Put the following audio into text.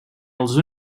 els